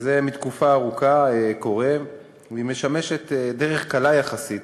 זה תקופה ארוכה, והיא משמשת דרך קלה יחסית